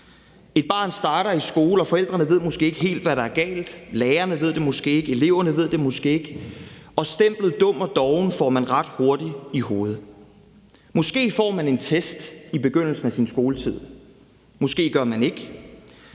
Et barn starter i skole, og forældrene ved måske ikke helt, hvad der er galt, lærerne ved det måske ikke, eleverne ved det måske ikke, og stemplet dum og doven får man ret hurtigt i hovedet. Måske får man en test i begyndelsen af sin skoletid, måske gør man ikke.